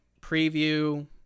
preview